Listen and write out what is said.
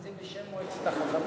וזה בשם מועצת החכמים?